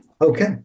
Okay